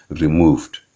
removed